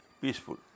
peaceful